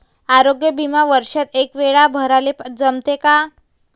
आरोग्य बिमा वर्षात एकवेळा भराले जमते का?